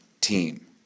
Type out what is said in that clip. team